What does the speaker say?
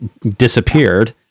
disappeared